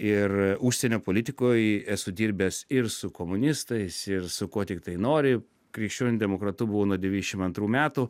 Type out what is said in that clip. ir užsienio politikoj esu dirbęs ir su komunistais ir su kuo tiktai nori krikščioniu demokratu buvau devišim antrų metų